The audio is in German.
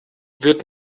wird